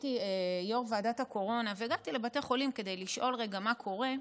כשהייתי יו"ר ועדת הקורונה והגעתי לבתי חולים כדי לשאול רגע מה קורה,